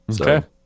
Okay